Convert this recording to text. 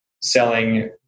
selling